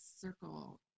circle